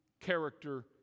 character